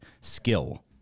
Skill